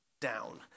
down